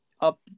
up